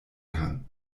kann